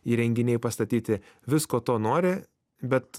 įrenginiai pastatyti visko to nori bet